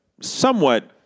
somewhat